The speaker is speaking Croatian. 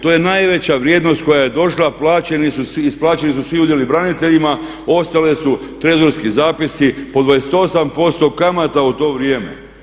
To je najveća vrijednost koja je došla, plaćeni su, isplaćeni su svi udjeli braniteljima, ostale si trezorski zapisi po 28% kamata u to vrijeme.